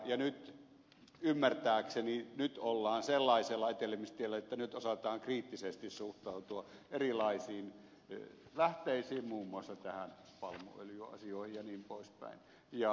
nyt ymmärtääkseni ollaan sellaisella etenemistiellä että osataan kriittisesti suhtautua erilaisiin lähteisiin muun muassa näihin palmuöljyasioihin jnp